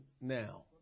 now